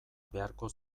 beharko